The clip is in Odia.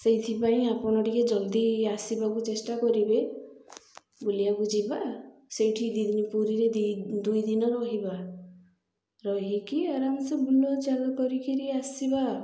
ସେଇଥିପାଇଁ ଆପଣ ଟିକେ ଜଲ୍ଦି ଆସିବାକୁ ଚେଷ୍ଟା କରିବେ ବୁଲିବାକୁ ଯିବା ସେଇଠି ଦୁଇ ଦିନ ପୁରୀରେ ଦୁଇ ଦୁଇ ଦିନ ରହିବା ରହିକି ଆରାମସେ ବୁଲ ଚାଲ କରିକିରି ଆସିବା ଆଉ